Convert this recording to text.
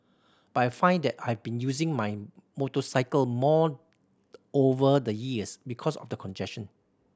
but I find that I've been using my motorcycle more over the years because of the congestion